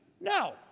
No